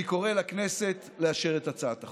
אני קורא לכנסת לאשר את הצעת החוק.